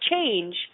change